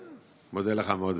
אני מודה לך מאוד.